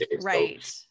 right